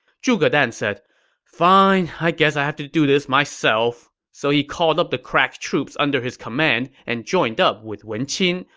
zhuge dan said fine, i guess i'll have to do this myself. so he called up the crack troops under his command and joined up with wen qin,